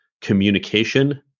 communication